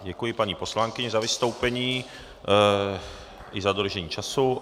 Děkuji paní poslankyni za vystoupení i za dodržení času.